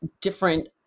different